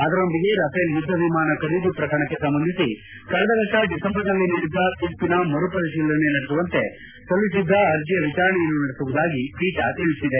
ಅದರೊಂದಿಗೆ ರಫೇಲ್ ಯುದ್ದ ವಿಮಾನ ಖರೀದಿ ಪ್ರಕರಣಕ್ಕೆ ಸಂಬಂಧಿಸಿ ಕಳೆದ ವರ್ಷ ಡಿಸೆಂಬರ್ ನಲ್ಲಿ ನೀಡಿದ್ದ ತೀರ್ಪಿನ ಮರು ಪರಿಶೀಲನೆ ನಡೆಸುವಂತೆ ಸಲ್ಲಿಸಿದ್ದ ಅರ್ಜಿಯ ವಿಚಾರಣೆಯನ್ನೂ ನಡೆಸುವುದಾಗಿ ಪೀಠ ತಿಳಿಸಿದೆ